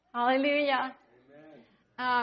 Hallelujah